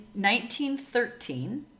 1913